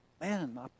man